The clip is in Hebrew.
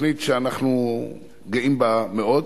תוכנית שאנחנו גאים בה מאוד.